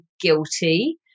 guilty